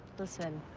listen,